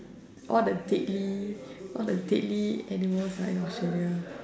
all the deadly all the deadly animals are in Australia